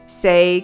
say